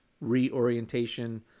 reorientation